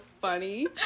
funny